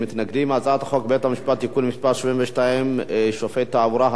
ההצעה להעביר את הצעת חוק בתי-המשפט (תיקון מס' 72) (שופט תעבורה),